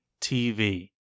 TV